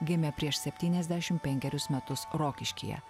gimė prieš septyniasdešim penkerius metus rokiškyje